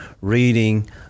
reading